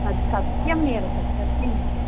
सत्यमेव तत् सत्यमेव